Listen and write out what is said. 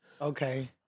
Okay